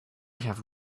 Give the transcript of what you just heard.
have